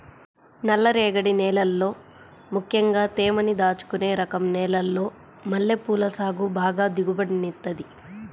నల్లరేగడి నేలల్లో ముక్కెంగా తేమని దాచుకునే రకం నేలల్లో మల్లెపూల సాగు బాగా దిగుబడినిత్తది